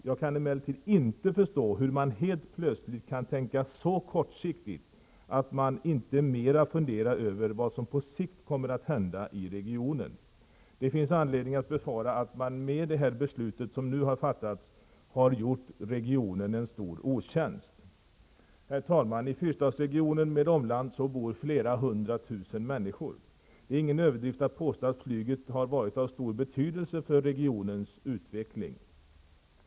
Jag kan emellertid inte förstå hur man helt plötsligt kan tänka så kortsiktigt att man inte mer funderar över vad som på sikt kommer att hända i regionen. Det finns anledning att befara att man med det beslut som nu har fattats har gjort regionen en stor otjänst. Herr talman! I Fyrstadsregionen med omland bor flera hundratusen människor. Det är ingen överdrift att påstå att flyget har varit av stor betydelse för regionens utveckling.